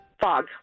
Fog